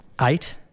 eight